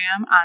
On